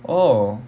oh